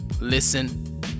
listen